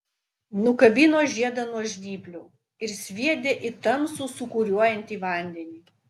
nukabino žiedą nuo žnyplių ir sviedė į tamsų sūkuriuojantį vandenį